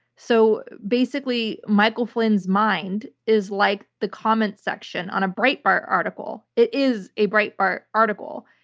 so basically, michael flynn's mind is like the comment section on a breitbart article it is a breitbart article.